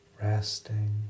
resting